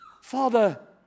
Father